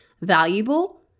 valuable